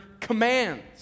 commands